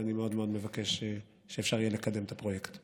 ואני מבקש מאוד שאפשר יהיה לקדם את הפרויקט.